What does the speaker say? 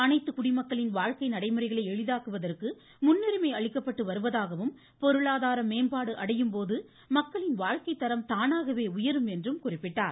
அனைத்து குடிமக்களின் வாழ்க்கை நடைமுறைகளை எளிதாக்குவதற்கு முன்னுரிமை அளிக்கப்பட்டு வருவதாகவும் பொருளாதாரம் மேம்பாடு அடையும்போது மக்களின் வாழ்க்கைத்தரம் தானாகவே உயரும் என்றும் குறிப்பிட்டார்